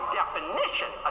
definition